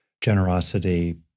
generosity